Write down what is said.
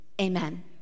amen